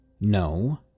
No